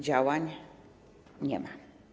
Działań nie ma.